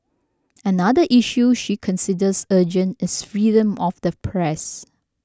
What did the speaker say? another issue she considers urgent is freedom of the press